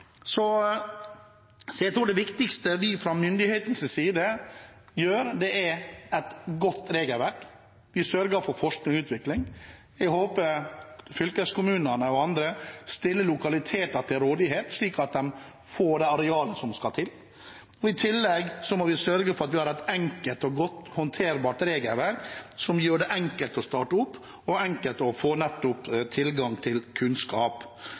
Jeg tror det viktigste vi gjør fra myndighetenes side, er å ha et godt regelverk. Vi sørger for forskning og utvikling. Jeg håper fylkeskommunene og andre stiller lokaliteter til rådighet, slik at man får det arealet som skal til. I tillegg må vi sørge for at vi har et enkelt og godt håndterbart regelverk som gjør det enkelt å starte opp, og enkelt å få tilgang til kunnskap.